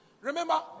Remember